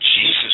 Jesus